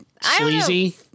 sleazy